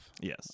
Yes